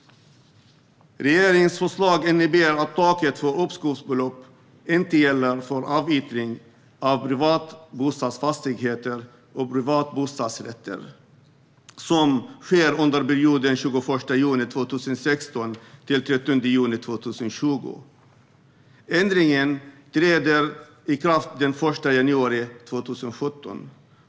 Regeringens förslag innebär att taket för uppskovsbelopp inte gäller för avyttringar av privatbostadsfastigheter och privatbostadsrätter som sker under perioden 21 juni 2016-30 juni 2020. Ändringen träder i kraft den 1 januari 2017.